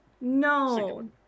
No